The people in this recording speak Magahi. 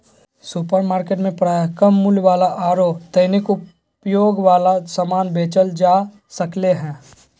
सुपरमार्केट में प्रायः कम मूल्य वाला आरो दैनिक उपयोग वाला समान बेचल जा सक्ले हें